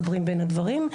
מחברים בין הדברים.